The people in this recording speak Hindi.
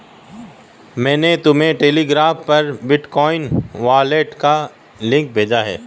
मैंने तुम्हें टेलीग्राम पर बिटकॉइन वॉलेट का लिंक भेजा है